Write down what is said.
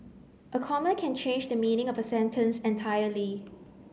a comma can change the meaning of a sentence entirely